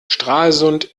stralsund